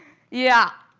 yeah,